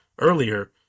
earlier